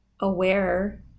aware